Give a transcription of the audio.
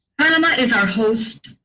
panama is our host